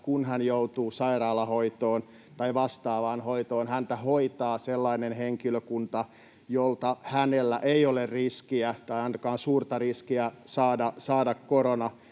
kun hän joutuu sairaalahoitoon tai vastaavaan hoitoon, häntä hoitaa sellainen henkilökunta, jolta hänellä ei ole riskiä tai ainakaan suurta riskiä saada